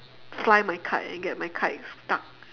fly my kite and get my kite stuck